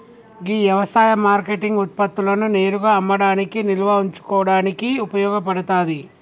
గీ యవసాయ మార్కేటింగ్ ఉత్పత్తులను నేరుగా అమ్మడానికి నిల్వ ఉంచుకోడానికి ఉపయోగ పడతాది